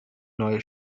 neue